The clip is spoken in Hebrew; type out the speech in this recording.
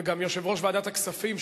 וגם יושב-ראש ועדת הכספים,